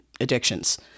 addictions